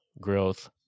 growth